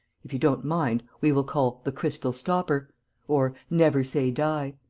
if you don't mind, we will call, the crystal stopper or, never say die.